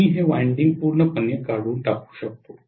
मी हे वायंडिंग पूर्णपणे काढून टाकू शकतो